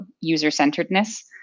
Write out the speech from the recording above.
user-centeredness